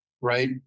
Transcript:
right